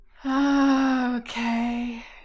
Okay